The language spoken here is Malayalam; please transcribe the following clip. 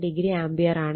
87o ആംപിയർ ആണ്